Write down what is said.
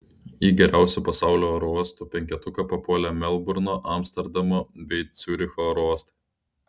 į geriausių pasaulio oro uostų penketuką papuolė melburno amsterdamo bei ciuricho oro uostai